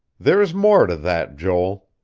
there's more to that, joel.